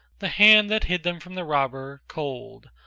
the hand that hid them from the robber, cold,